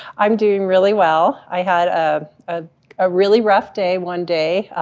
i'm doing really well. i had a ah ah really rough day, one day,